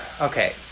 okay